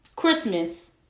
Christmas